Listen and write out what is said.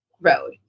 road